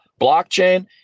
blockchain